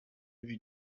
wie